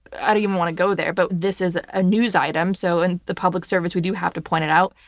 i don't even want to go there, but this is a news item so in the public service we do have to point it out,